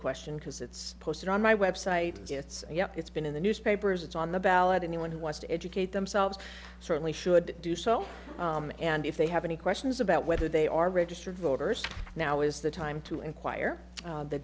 question because it's posted on my website it's yeah it's been in the newspapers it's on the ballot anyone who wants to educate themselves certainly should do so and if they have any questions about whether they are registered voters now is the time to inquire